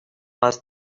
was